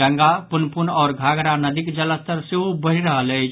गंगा पुनपुन आओर घाघरा नदीक जलस्तर सेहो बढ़ि रहल अछि